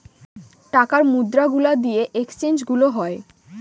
টাকার মুদ্রা গুলা দিয়ে এক্সচেঞ্জ গুলো হয়